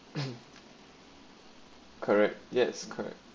correct yes correct